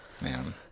Man